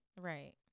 right